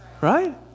Right